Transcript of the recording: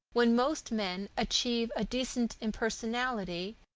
when most men achieve a decent impersonality,